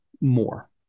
more